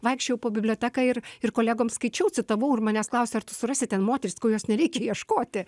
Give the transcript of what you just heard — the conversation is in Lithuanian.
vaikščiojau po biblioteką ir ir kolegoms skaičiau citavau ir manęs klausia ar tu surasi ten moteris sakau jos nereikia ieškoti